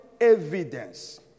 evidence